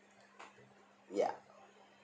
yup